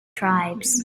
tribes